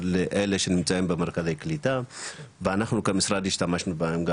לאלה שנמצאים במרכזי קליטה ואנחנו כמשרד השתמשנו בהם,